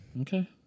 Okay